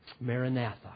Maranatha